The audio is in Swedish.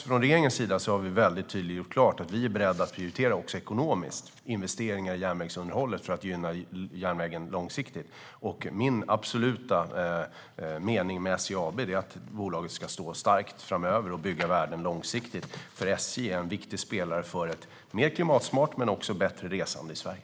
Från regeringens sida har vi gjort klart på ett tydligt sätt att vi är beredda att också ekonomiskt prioritera investeringar i järnvägsunderhållet för att gynna järnvägen långsiktigt. Min absoluta mening med SJ AB är att bolaget ska stå starkt framöver och bygga värden långsiktigt, för SJ är en viktig spelare för ett mer klimatsmart men också bättre resande i Sverige.